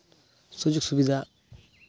ᱥᱩᱡᱩᱜᱽ ᱥᱩᱵᱤᱫᱷᱟ